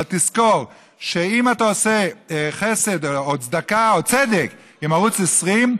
אבל תזכור שאם אתה עושה חסד או צדקה או צדק עם ערוץ 20,